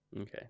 Okay